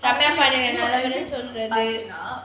ramya pandian சொல்றது அப்டினா:solrathu epdinaa